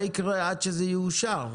מה יקרה עד שזה יאושר?